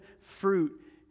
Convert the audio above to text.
fruit